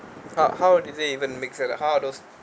how how did they even mix that up how are those